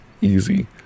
easy